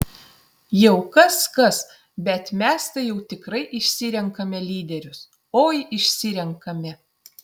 jau kas kas bet mes tai jau tikrai išsirenkame lyderius oi išsirenkame